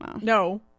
no